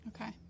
okay